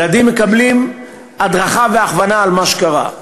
ילדים מקבלים הדרכה והכוונה על מה שקרה.